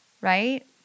right